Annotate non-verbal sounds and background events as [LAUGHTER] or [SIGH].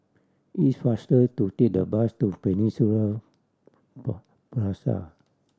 it's faster to take the bus to Peninsula [UNINTELLIGIBLE] Plaza